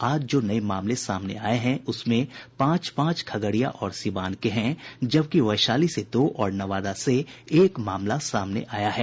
आज जो नये मामले आये हैं उसमें पांच पांच खगड़िया और सिवान के हैं जबकि वैशाली से दो और नवादा से एक मामला सामने आया है